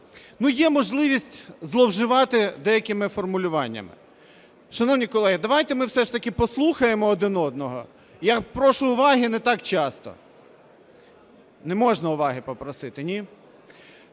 є можливість зловживати деякими формулюваннями. Шановні колеги, давайте ми все ж таки послухаємо один одного, я прошу уваги не так часто. Не можна уваги попросити, ні?